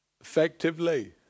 effectively